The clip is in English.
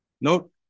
Note